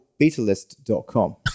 betalist.com